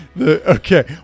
Okay